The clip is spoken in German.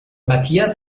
matthias